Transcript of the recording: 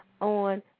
on